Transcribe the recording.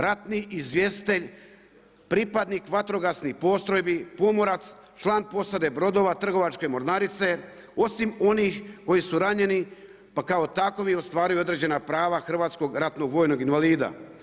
Ratni izvjestitelj, pripadnik vatrogasnih postrojbi, pomorac, član posada brodova trgovačke mornarice, osim onih koji su ranjeni pa kao takvi ostvaruju prava hrvatskog ratnog vojnog invalida.